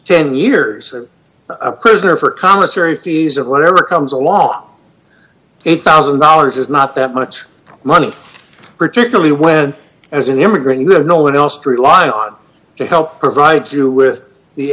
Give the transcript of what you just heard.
ten years a prisoner for commissary fees or whatever comes along eight thousand dollars is not that much money particularly when as an immigrant you have no one else through life not to help provide you with the